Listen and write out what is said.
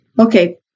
Okay